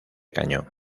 cañón